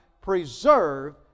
preserve